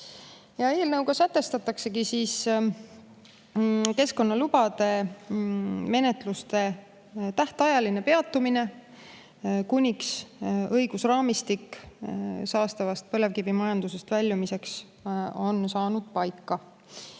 Eelnõuga sätestataksegi keskkonnalubade menetluste tähtajaline peatumine, kuniks õigusraamistik saastavast põlevkivimajandusest väljumiseks on saanud paika.